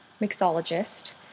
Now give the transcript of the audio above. mixologist